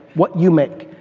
what you make,